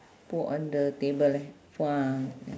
put on the table leh !wah!